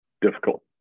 difficult